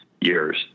years